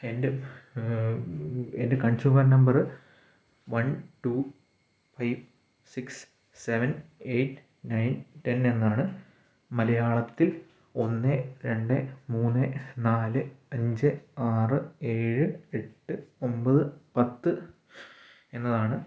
എൻറെ എൻറെ consumer number one two five six seven eight nine ten എന്നാണ് മലയാളത്തിൽ ഒന്ന് രണ്ട് മൂന്ന് നാല് അഞ്ച് ആറ് ഏഴ് എട്ട് ഒമ്പത് പത്ത് എന്നതാണ്